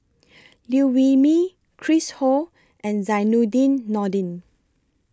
Liew Wee Mee Chris Ho and Zainudin Nordin